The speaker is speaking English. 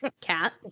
Cat